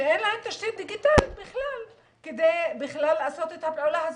אין להם בכלל תשתית דיגיטלית כדי לעשות את הפעולה הזאת,